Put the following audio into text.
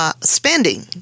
Spending